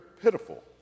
pitiful